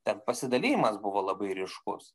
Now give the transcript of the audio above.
ten pasidalijimas buvo labai ryškus